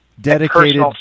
Dedicated